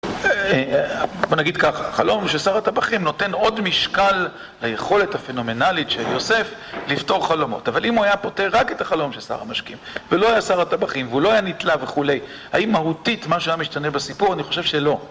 בוא נגיד ככה, החלום הוא ששר הטבחים נותן עוד משקל ליכולת הפנומנלית של יוסף לפתור חלומות אבל אם הוא היה פותח רק את החלום ששר המשקים, ולא היה שר הטבחים, והוא לא היה נתלה וכולי האם מהותית משהו היה משתנה בסיפור? אני חושב שלא